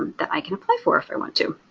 that i can apply for, if i want to.